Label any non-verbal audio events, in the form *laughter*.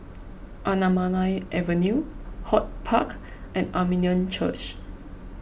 *noise* Anamalai Avenue HortPark and Armenian Church